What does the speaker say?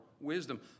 wisdom